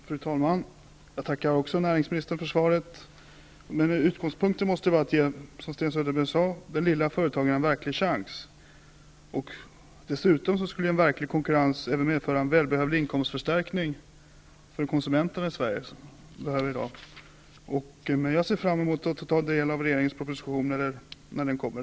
Fru talman! Också jag tackar näringsministern för svaret. Utgångspunkten måste vara, som Sten Söderberg sade, att ge den lilla företagaren en verklig chans. Dessutom skulle verklig konkurrens även medföra en välbehövlig inkomstförstärkning för konsumenterna i Sverige. Jag ser fram emot att få ta del av regeringens proposition när den läggs fram för riksdagen.